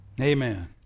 Amen